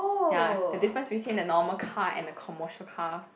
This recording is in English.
ya the difference between the normal car and the commercial car